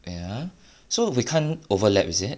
ya so we can't overlap is it